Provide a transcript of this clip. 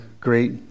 great